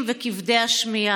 ישראל.